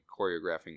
choreographing